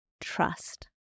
trust